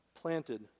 planted